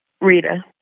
Rita